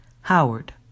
Howard